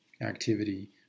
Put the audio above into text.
activity